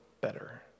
better